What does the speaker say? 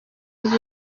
ibiri